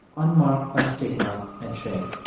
unmarked by stigma and shame.